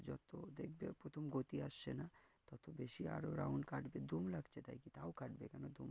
যত দেখবে প্রথম গতি আসছে না তত বেশি আরো রাউন্ড কাটবে দম লাগছে তাই কি তাও কাটবে কেন দম